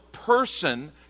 person